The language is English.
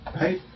right